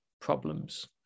problems